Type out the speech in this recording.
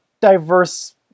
diverse